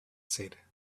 said